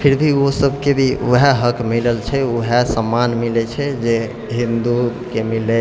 फिरभी ओसबके भी वएह हक मिलल छै वएह सम्मान मिलै छै जे हिन्दूके मिलै